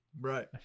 Right